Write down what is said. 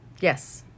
Yes